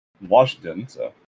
Washington